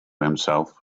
himself